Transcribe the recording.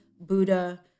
buddha